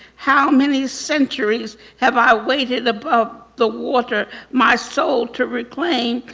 how many centuries have i waited above the water, my soul to reclaim.